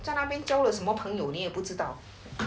在那边交了什么朋友你也不知道